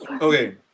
Okay